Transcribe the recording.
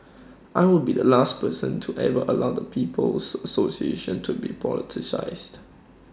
I will be the last person to ever allow the people's association to be politicised